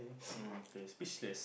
mm okay speechless